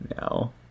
No